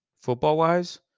Football-wise